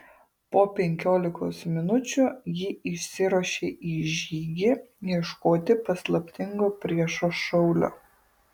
po penkiolikos minučių ji išsiruošė į žygį ieškoti paslaptingo priešo šaulio